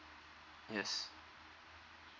yes